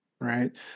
Right